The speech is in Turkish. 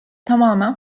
tamamen